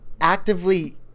actively